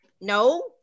No